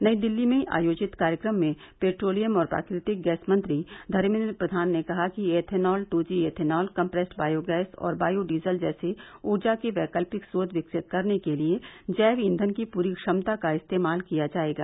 नई दिल्ली में आयोजित कार्यक्रम में पैट्रोलियम और प्राकृ त क गैस मंत्री धर्मेन्द्र प्रधान ने कहा कि ethanol two G ethanol compressed biogas और बायो डीजल जैसे ऊर्जा के वैकल्पिक स्रोत विकसित करने के लिए जैव ईंधन की पूरी क्षमता का इस्तेमाल किया जायेगा